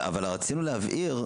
אבל רצינו להבהיר,